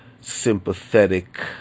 sympathetic